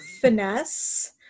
finesse